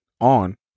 on